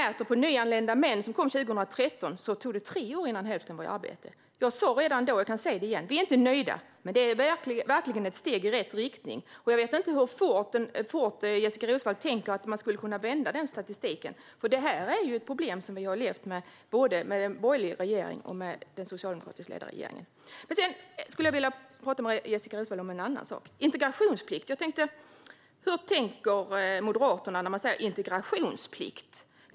För nyanlända män som kom 2013 tog det tre år innan hälften var i arbete. Jag sa redan då, och jag kan säga det igen, att vi inte är nöjda. Men det är verkligen ett steg i rätt riktning. Jag vet inte hur fort Jessika Roswall tänker att man skulle kunna vända statistiken. Det här är ett problem som vi har levt med både under den borgerliga regeringen och under den socialdemokratiskt ledda regeringen. Jag skulle vilja prata med Jessika Roswall om en annan sak, nämligen integrationsplikt. Vad tänker Moderaterna när de säger integrationsplikt?